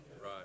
right